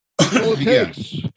Yes